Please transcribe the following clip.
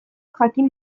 jakin